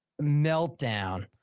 meltdown